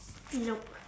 nope